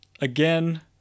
Again